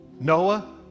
noah